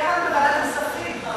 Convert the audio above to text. בוועדת הכספים.